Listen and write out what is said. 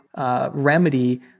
remedy